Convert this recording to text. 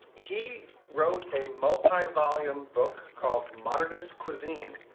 he wrote a multi-volume book called modernist cuisine,